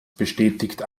bestätigt